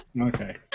Okay